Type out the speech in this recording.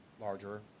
larger